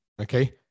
okay